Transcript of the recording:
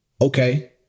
Okay